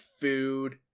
food